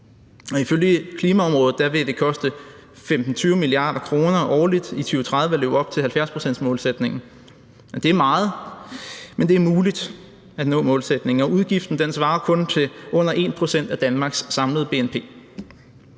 Ifølge Klimarådet vil det koste 15-20 mia. kr. årligt i 2030 at leve op til 70-procentsmålsætningen. Det er meget, men det er muligt at nå målsætningen. Udgiften svarer kun til under 1 pct. af Danmarks samlede bnp.